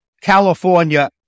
California